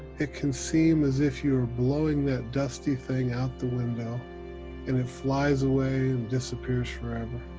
it can seem as if you are blowing that dusty thing out the window and it flies away and disappears forever,